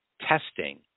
testing